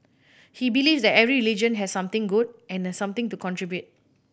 he believes that every religion has something good and has something to contribute